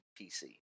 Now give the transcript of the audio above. PC